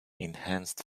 enhanced